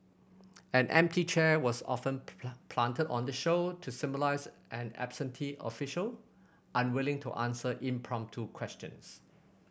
an empty chair was often planted on the show to symbolise an absentee official unwilling to answer impromptu questions